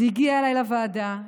זה הגיע אליי לוועדה.